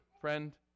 friend